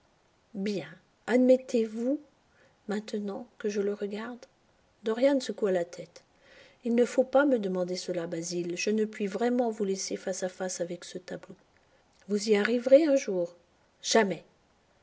bien admettez-vous maintenant que je le regarde dorian secoua la tête il ne faut pas me demander cela basil je ne puis vraiment vous laisser face à face avec ce tableau vous y arriverez un jour jamais